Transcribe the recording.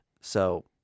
So-